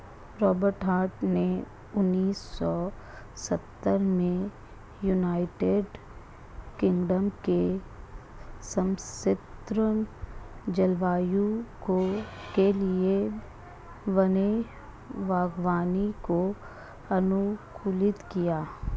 Robert Hart ने उन्नीस सौ सत्तर में यूनाइटेड किंगडम के समषीतोष्ण जलवायु के लिए वैन बागवानी को अनुकूलित किया